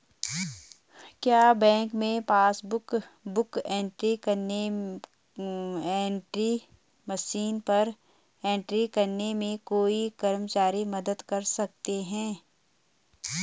क्या बैंक में passbook book entry machine पर एंट्री करने में कोई कर्मचारी मदद कर सकते हैं?